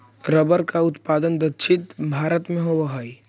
rubber का उत्पादन दक्षिण भारत में होवअ हई